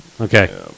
Okay